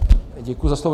Děkuji za slovo.